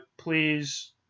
Please